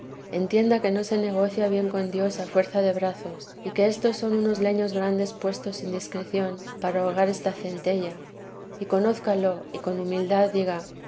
entienda que no se negocia bien con dios a fuerza de brazos y que éstos son unos leños grandes puestos sin discreción para ahogar esta centella y conózcalo y con humildad diga